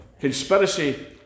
Conspiracy